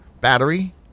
battery